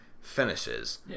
finishes